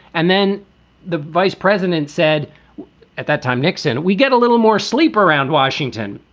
and then the vice president said at that time, nixon, we get a little more sleep around washington.